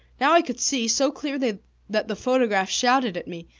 now i could see, so clearly that the photographs shouted at me,